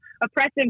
oppressive